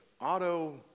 auto